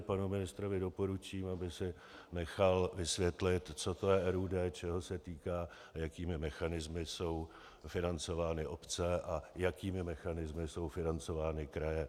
Panu ministrovi doporučím, aby si nechal vysvětlit, co to je RUD, čeho se týká, jakými mechanismy jsou financovány obce a jakými mechanismy jsou financovány kraje.